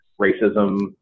racism